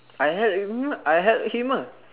I help you I help him ah